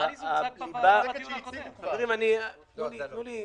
כמדומני, זה הוחלט בוועדה --- חברים, תנו לי.